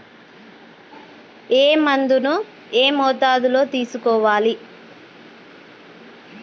ఏ మందును ఏ మోతాదులో తీసుకోవాలి?